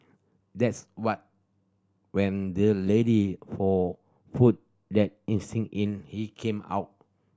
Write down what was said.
that's why when the lady for food the instinct in him came out